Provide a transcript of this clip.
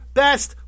best